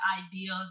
idea